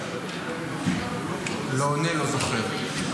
לא עונה, לא זוכר.